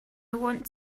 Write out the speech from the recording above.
want